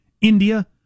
India